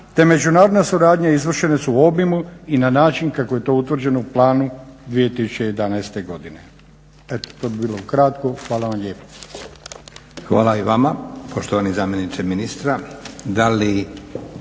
međunarodna suradnja izvršene su u obimu i na način kako je to utvrđeno u Planu 2011. godine. Eto, to bi bilo ukratko. Hvala vam lijepo.